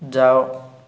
ଯାଅ